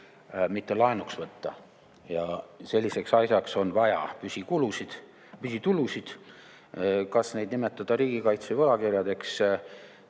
mitte laenudele. Selliseks asjaks on vaja püsitulusid. Kas neid nimetada riigikaitsevõlakirjadeks?